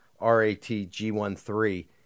RATG13